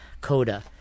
coda